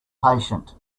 patient